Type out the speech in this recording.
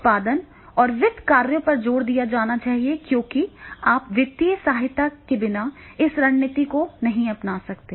उत्पादन और वित्त कार्यों पर जोर दिया जाना चाहिए क्योंकि आप वित्तीय सहायता के बिना इस रणनीति को नहीं अपना सकते हैं